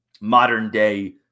modern-day